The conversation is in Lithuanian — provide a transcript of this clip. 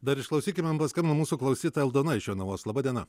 dar išklausykime man paskambino mūsų klausytoja aldona iš jonavos laba diena